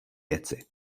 věci